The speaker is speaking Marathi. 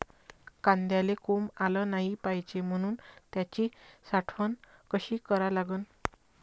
कांद्याले कोंब आलं नाई पायजे म्हनून त्याची साठवन कशी करा लागन?